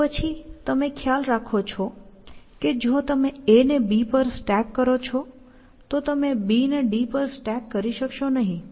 તે પછી તમે ખ્યાલ રાખો કે જો તમે A ને B પર સ્ટેક કરો છો તો તમે B ને પર D સ્ટેક કરી શકશો નહીં